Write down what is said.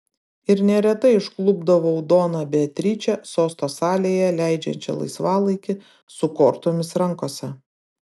ir neretai užklupdavau doną beatričę sosto salėje leidžiančią laisvalaikį su kortomis rankose